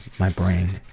my brain,